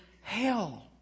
hell